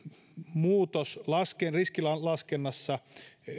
muutos riskilaskennassa